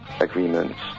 agreements